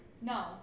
No